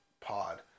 pod